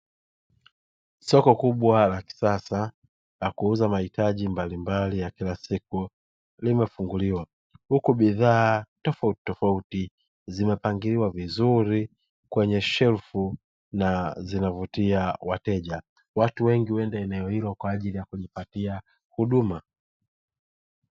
Soko kubwa la kisasa la kuuza mahitaji mbalimbali ya kila siku limefunguliwa huku bidhaa tofauti tofauti zimepangiliwa vizuri kwenye shelfu na zinavutia wateja, watu wengi huenda eneo hilo kwa ajili ya kujipatia huduma.